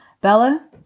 Bella